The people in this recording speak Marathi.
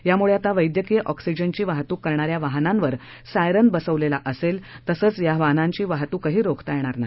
यामुळे आता वैद्यकीय ऑक्सिजनची वाहतूक करणाऱ्या वाहनांवर सायरन बसवलेला असेल तसंच या वाहनांची वाहतूकही रोखता येणार नाही